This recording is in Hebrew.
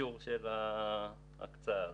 אישור של ההקצאה הזאת.